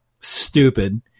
stupid